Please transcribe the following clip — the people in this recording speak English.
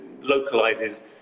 localizes